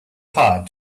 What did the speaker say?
hard